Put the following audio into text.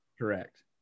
Correct